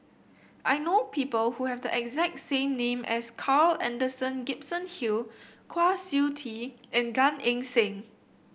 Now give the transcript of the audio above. I know people who have the exact same name as Carl Alexander Gibson Hill Kwa Siew Tee and Gan Eng Seng